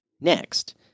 next